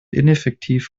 ineffektiv